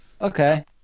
Okay